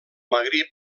magrib